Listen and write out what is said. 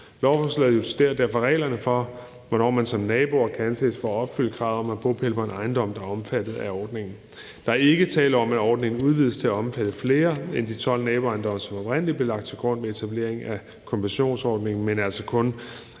Lovforslaget justerer derfor reglerne for, hvornår man som naboer kan anses for at opfylde kravet om at have bopæl på en ejendom, der er omfattet af ordningen. Der er ikke tale om, at ordningen udvides til at omfatte flere end de 12 naboejendomme, som oprindelig blev lagt til grund med etableringen af kompensationsordningen, men altså kun,